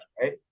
right